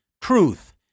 truth